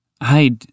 I'd—